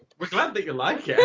that you like yeah